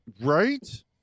Right